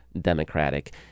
Democratic